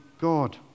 God